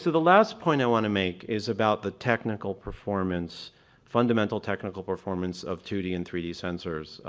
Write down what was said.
so the last point i want to make is about the technical performance fundamental technical performance of two d and three d sensors,